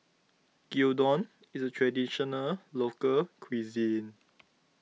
Gyudon is a Traditional Local Cuisine